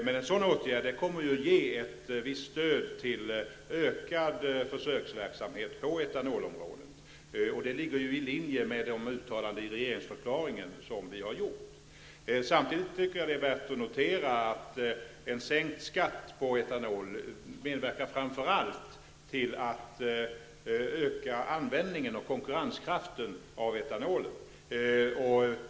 Men en sådan åtgärd kommer att ge ett visst stöd till ökad försöksverksamhet på etanolområdet. Det ligger i linje med de uttalanden som vi har gjort i regeringsförklaringen. Samtidigt tycker jag att det är värt att notera att en sänkt skatt på etanol framför allt medverkar till att öka användningen av och konkurrenskraften hos etanolen.